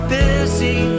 busy